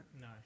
No